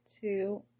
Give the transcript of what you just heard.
two